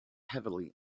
heavily